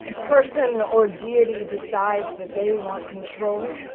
person or deity decides that they want control?